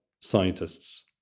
scientists